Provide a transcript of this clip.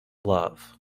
love